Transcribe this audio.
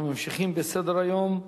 אנחנו ממשיכים בסדר-היום: